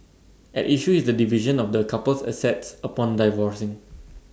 at issue is the division of the couple's assets upon divorcing